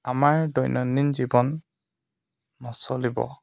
আমাৰ দৈনন্দিন জীৱন নচলিব